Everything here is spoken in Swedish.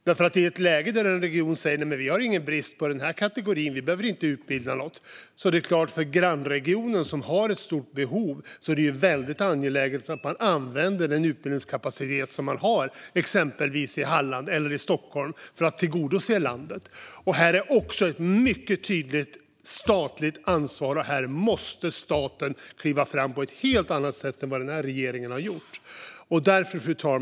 I ett läge där en region säger att det inte råder brist på en viss kategori och att det därför inte behövs någon utbildning är det för grannregionen där det finns ett stort behov angeläget att använda den utbildningskapacitet som finns i exempelvis i Halland eller Stockholm för att tillgodose landet. Här finns ett mycket tydligt statligt ansvar, och här måste staten kliva fram på ett helt annat sätt än vad regeringen har gjort. Fru talman!